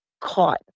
caught